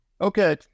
Okay